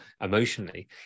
emotionally